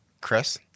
Chris